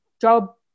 job